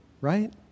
right